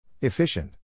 Efficient